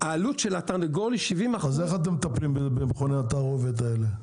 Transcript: אז איך אתם מטפלים במכוני התערובת האלה?